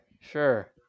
Sure